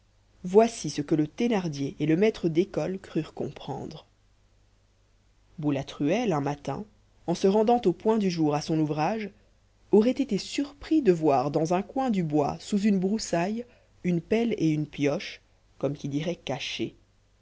voici ce que le thénardier et le maître d'école crurent comprendre boulatruelle un matin en se rendant au point du jour à son ouvrage aurait été surpris de voir dans un coin du bois sous une broussaille une pelle et une pioche comme qui dirait cachées